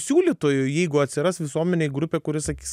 siūlytojų jeigu atsiras visuomenėj grupė kuri sakys